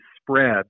spread